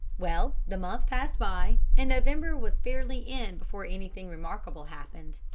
well, the month passed by, and november was fairly in before anything remarkable happened.